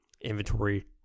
inventory